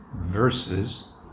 verses